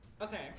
Okay